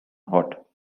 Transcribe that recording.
hot